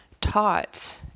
taught